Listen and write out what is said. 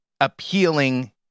appealing